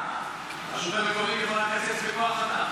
השינוי המקורי, לקצץ בכוח האדם.